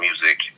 music